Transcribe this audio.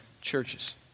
churches